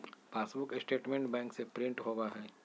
passbook statement bank से print होबा हई